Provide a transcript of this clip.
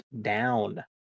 down